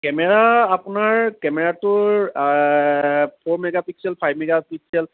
camera আপোনাৰ কেমেৰাটোৰ four megapixel five megapixel